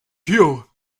you